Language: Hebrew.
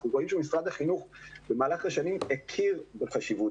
אנחנו רואים שמשרד החינוך במהלך השנים הכיר בחשיבות